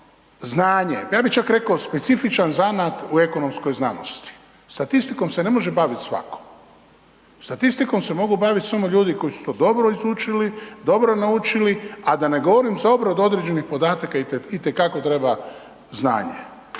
znanje, pa ja bih čak rekao specifičan zanat u ekonomskoj znanosti. Statistikom se ne može baviti svatko. Statistikom se mogu baviti samo ljudi koji su to dobro izučili, dobro naučili, a da ne govorim za obradu određenih podataka itekako treba znanje.